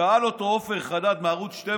שאל אותו עופר חדד מערוץ 12: